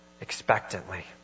expectantly